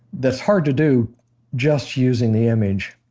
that's hard to do just using the image